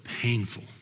painful